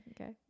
Okay